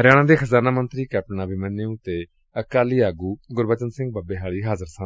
ਹਰਿਆਣਾ ਦੇ ਖਜ਼ਾਨਾ ਮੰਤਰੀ ਕੈਪਟਨ ਅਭਿਮੰਨਿਊਂ ਅਤੇ ਅਕਾਲੀ ਆਗੁ ਗੁਰਬਚਨ ਸਿੰਘ ਬੱਬੇਹਾਲੀ ਹਾਜ਼ਰ ਸਨ